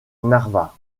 narva